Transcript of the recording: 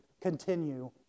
continue